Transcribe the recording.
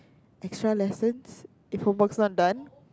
extra lessons if homework not done